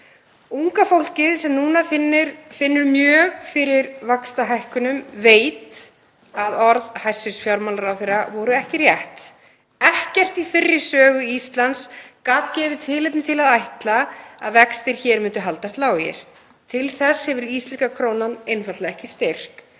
Unga fólkið, sem finnur nú mjög fyrir vaxtahækkunum, veit að orð hæstv. fjármálaráðherra voru ekki rétt. Ekkert í fyrri sögu Íslands gat gefið tilefni til að ætla að vextir hér myndu haldast lágir. Til þess hefur íslenska krónan einfaldlega ekki styrk.